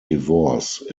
divorce